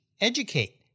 educate